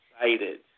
excited